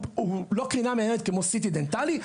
לא קרינה מייננת כמו CT דנטלי,